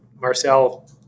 Marcel